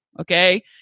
okay